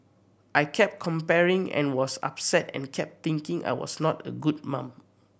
I kept comparing and was upset and kept thinking I was not a good mum